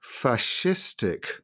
fascistic